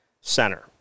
center